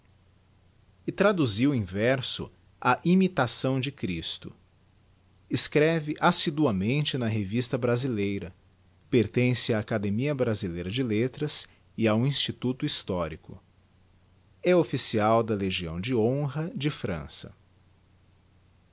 e traduziu em verso a imitação de christo escreve assiduamente na revista brasileira pertence a academia brasileira de letras e ao instituto histórico ofibcial da legião de honra de frança